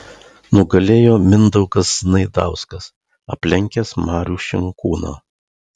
nugalėjo mindaugas znaidauskas aplenkęs marių šinkūną